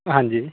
ਹਾਂਜੀ